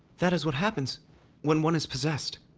that is what happens when one is possessed.